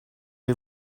les